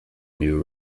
new